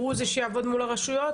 שהוא זה שיעבוד מול הרשויות?